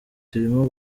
turimo